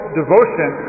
devotion